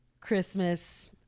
Christmas